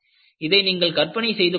இதை நீங்கள் கற்பனை செய்து பாருங்கள்